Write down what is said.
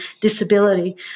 disability